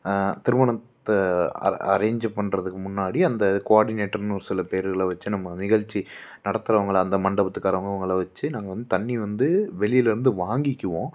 திருமணத்தை அர் அரேஞ்சு பண்ணுறதுக்கு முன்னாடி அந்த கோஆர்டினேட்டர்னு ஒரு சில பேருங்கள வச்சி நம்ம நிகழ்ச்சி நடத்துறவங்கள அந்த மண்டபத்துக்காரவங்க அவங்கள வச்சி நாங்கள் வந்து தண்ணி வந்து வெளியில் இருந்து வாங்கிக்குவோம்